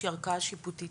שהיא ערכאה שיפוטית.